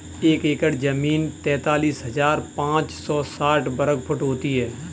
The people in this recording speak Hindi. एक एकड़ जमीन तैंतालीस हजार पांच सौ साठ वर्ग फुट होती है